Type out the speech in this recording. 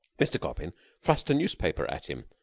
mr. coppin thrust a newspaper at him,